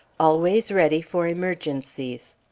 always ready for emergencies.